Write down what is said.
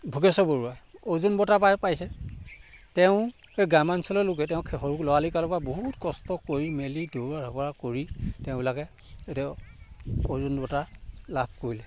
ভোগেশ্বৰ বৰুৱা অৰ্জুন বঁটা পাই পাইছে তেওঁ গ্ৰাম্যাঞ্চলৰ লোকে তেওঁক সৰু ল'ৰালি কালৰ পৰাই বহুত কষ্ট কৰি মেলি দৌৰা ঢপৰা কৰি তেওঁবিলাকে এতিয়াও অৰ্জুন বঁটা লাভ কৰিলে